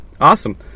Awesome